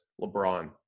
LeBron